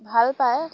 ভাল পায়